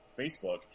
Facebook